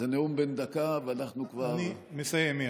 זה נאום בן דקה, ואנחנו כבר, אני מסיים מייד.